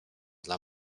dla